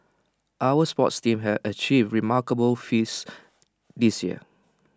our sports teams have achieved remarkable feats this year